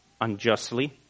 unjustly